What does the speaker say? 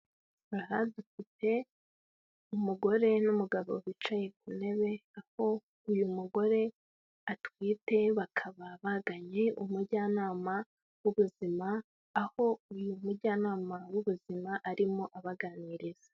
Aha dufite umugore n'umugabo bicaye ku ntebe aho uyu mugore atwite bakaba bagannye umujyanama w'ubuzima, aho uyu mujyanama w'ubuzima arimo abaganiriza.